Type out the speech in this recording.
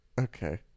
Okay